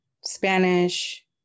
Spanish